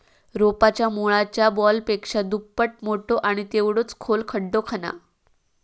रोपाच्या मुळाच्या बॉलपेक्षा दुप्पट मोठो आणि तेवढोच खोल खड्डो खणा